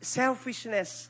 selfishness